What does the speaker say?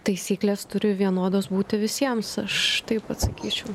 taisyklės turi vienodos būti visiems aš taip atsakyčiau